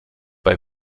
bei